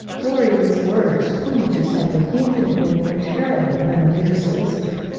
chlorine's words pointed to something infinitely more terrible than a mere solicitor.